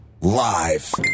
live